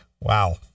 Wow